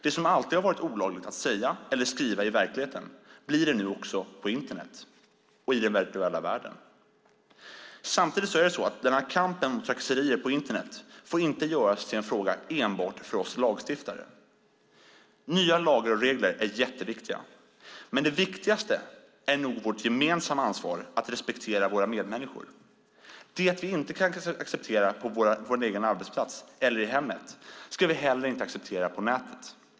Det som i verkligheten alltid varit olagligt att säga eller skriva blir det nu även på Internet, i den virtuella världen. Samtidigt får kampen mot trakasserier på Internet inte göras till en fråga enbart för oss lagstiftare. Nya lagar och regler är jätteviktiga, men det allra viktigaste är nog vårt gemensamma ansvar att respektera våra medmänniskor. Det vi inte kan acceptera på vår arbetsplats eller i hemmet ska vi heller inte acceptera på nätet.